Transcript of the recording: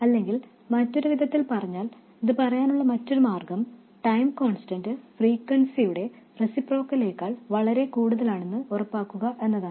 അല്ലെങ്കിൽ മറ്റൊരു വിധത്തിൽ പറഞ്ഞാൽ അത് പറയാനുള്ള മറ്റൊരു മാർഗ്ഗം ടൈം കോൺസ്റ്റന്റ് ഫ്രീക്വെൻസിയുടെ റെസിപ്രോക്കലിനേക്കാൾ വളരെ കൂടുതലാണെന്ന് ഉറപ്പാക്കുക എന്നതാണ്